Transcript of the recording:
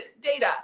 data